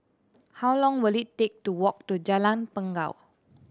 how long will it take to walk to Jalan Bangau